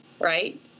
right